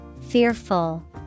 fearful